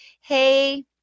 hey